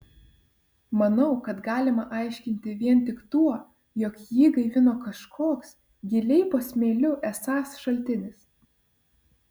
manau kad galima aiškinti vien tik tuo jog jį gaivino kažkoks giliai po smėliu esąs šaltinis